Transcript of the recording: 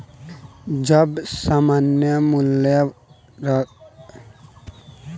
जब सामान्य मूल्य स्तर बढ़ेला तब मुद्रा कअ हर इकाई कम वस्तु अउरी सेवा खरीदेला